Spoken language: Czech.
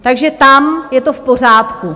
Takže tam je to v pořádku.